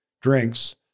drinks